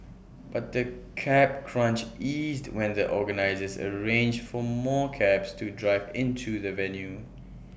but the cab crunch eased when the organisers arranged for more cabs to drive into the venue